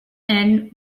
and